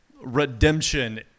redemption